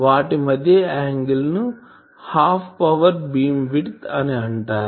వాటి మధ్యయాంగిల్ ను హాఫ్ పవర్ బీమ్ విడ్త్ అని అంటారు